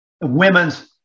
women's